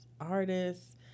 artists